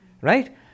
right